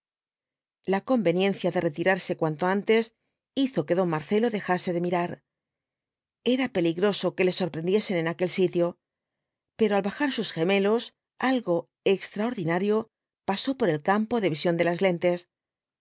la conveniencia de retirarse cuanto antes hizo qae don marcelo dejase de mirar era peligroso que le sorprendiesen en aquel sitio pero al bajar sus gemelos algo extraordinario pasó por el campo de visión de las lentes